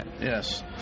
Yes